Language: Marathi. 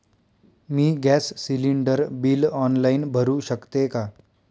मी गॅस सिलिंडर बिल ऑनलाईन भरु शकते का?